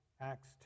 Acts